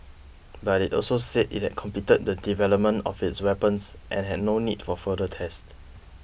but it also said it had completed the development of its weapons and had no need for further tests